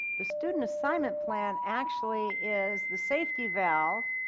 the student assignment plan actually is the safety valve